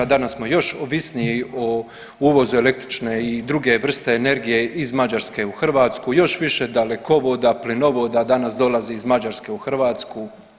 Danas smo još ovisniji o uvozu električne i druge vrste energije iz Mađarske u Hrvatsku, još više dalekovoda, plinovoda danas dolazi iz Mađarske u Hrvatsku.